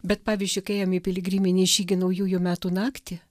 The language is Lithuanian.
bet pavyzdžiui kai ėjom į piligriminį žygį naujųjų metų naktį